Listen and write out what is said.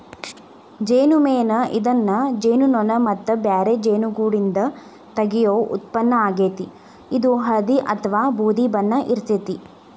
ಜೇನುಮೇಣ ಇದನ್ನ ಜೇನುನೋಣ ಮತ್ತ ಬ್ಯಾರೆ ಜೇನುಗೂಡ್ನಿಂದ ತಗಿಯೋ ಉತ್ಪನ್ನ ಆಗೇತಿ, ಇದು ಹಳ್ದಿ ಅತ್ವಾ ಬೂದಿ ಬಣ್ಣ ಇರ್ತೇತಿ